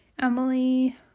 Emily